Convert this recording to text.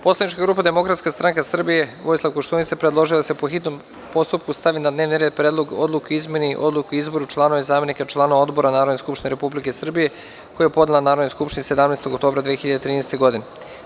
Poslanička grupa Demokratska stranka Srbije – Vojislav Koštunica predložila je da se po hitnom postupku stavi na dnevni red Predlog odluke o izmeni Odluke o izboru članova i zamenika članova odbora Narodne skupštine Republike Srbije, koju je podnela Narodnoj skupštini 17. oktobra 2013. godine.